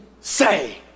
say